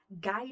guide